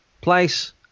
place